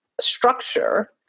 structure